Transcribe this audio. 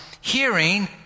hearing